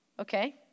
Okay